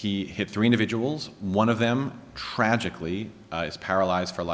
he hit three individuals one of them tragically is paralyzed for